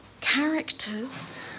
characters